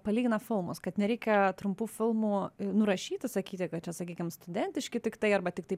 palygina filmus kad nereikia trumpų filmų nurašyti sakyti kad čia sakykim studentiški tiktai arba tiktai